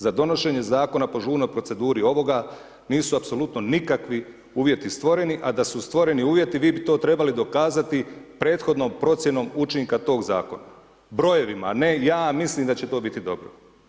Za donošenje zakona po žurnoj proceduri ovoga nisu apsolutno nikakvi uvjeti stvoreni a da su stvoreni uvjeti vi bi to trebali dokazati prethodnom procjenom učinka tog zakona, brojevima a ne ja mislim da će to biti dobro.